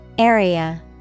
Area